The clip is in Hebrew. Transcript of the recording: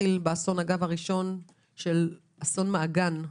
האסון הראשון הוא אסון מעגן,